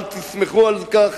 אל תסמכו על כך.